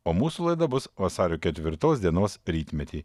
o mūsų laida bus vasario ketvirtos dienos rytmetį